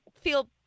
feel